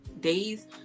days